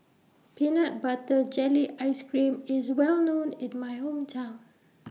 Peanut Butter Jelly Ice Cream IS Well known in My Hometown